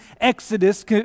Exodus